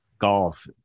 Golf